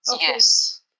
Yes